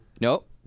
Nope